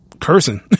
cursing